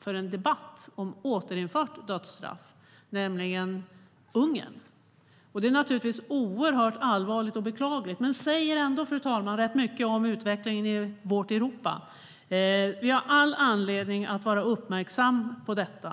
för en debatt om ett återinförande av dödsstraff, nämligen Ungern. Det är naturligtvis oerhört allvarligt och beklagligt, men det säger ändå rätt mycket om utvecklingen i vårt Europa. Vi har all anledning att vara uppmärksamma på detta.